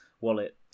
Wallet